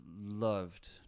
loved